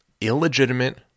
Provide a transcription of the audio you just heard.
illegitimate